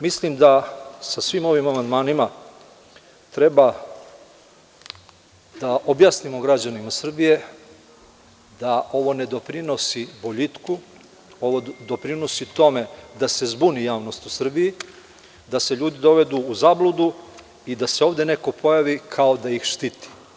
Mislim da sa svim ovim amandmanima treba da objasnimo građanima Srbije da ovo ne doprinosi boljitku, ovo doprinosi tome da se zbuni javnost u Srbiji, da se ljudi dovedu u zabludu i da se ovde neko pojavi kao da ih štiti.